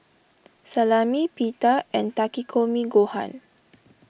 Salami Pita and Takikomi Gohan